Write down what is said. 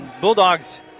Bulldogs